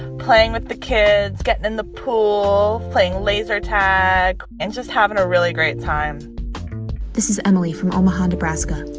playing with the kids, getting in the pool, playing laser tag and just having a really great time this is emily from omaha, neb. ah